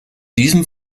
diesem